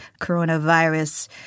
coronavirus